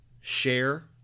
share